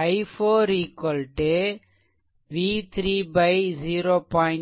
i4 v3 0